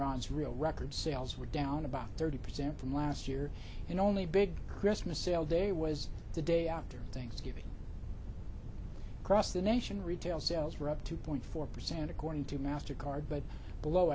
runs real record sales were down about thirty percent from last year and only big christmas sale day was the day after thanksgiving across the nation retail sales were up two point four percent according to mastercard but below